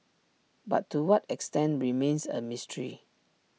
but to what extent remains A mystery